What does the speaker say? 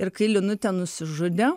ir kai linutė nusižudė